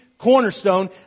cornerstone